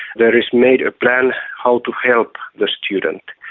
there is made a plan how to help the student.